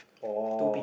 oh